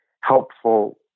helpful